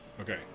Okay